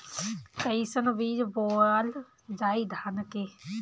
कईसन बीज बोअल जाई धान के?